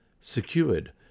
Secured